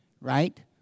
Right